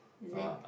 is it